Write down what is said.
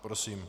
Prosím.